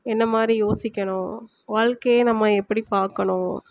என்ன மாதிரி யோசிக்கணும் வாழ்க்கையை நம்ம எப்படி பார்க்கணும்